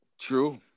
True